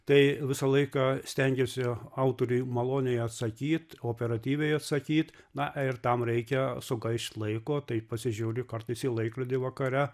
tai visą laiką stengiesi autoriui maloniai atsakyt operatyviai atsakyt na ir tam reikia sugaišt laiko tai pasižiūri kartais į laikrodį vakare